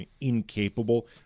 incapable